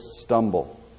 stumble